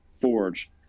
forge